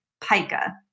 Pica